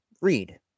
read